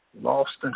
lost